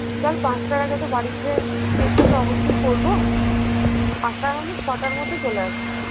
বিকাল পাঁচটার আগে তো বাড়ি ফিরে চেষ্টা তো অবশ্যই করবো পাঁচটা না হলেও ছটার মধ্যে চলে আসবো